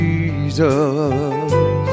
Jesus